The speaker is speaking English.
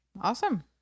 awesome